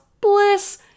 bliss